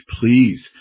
please